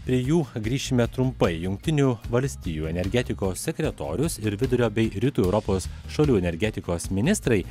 prie jų grįšime trumpai jungtinių valstijų energetikos sekretorius ir vidurio bei rytų europos šalių energetikos ministrai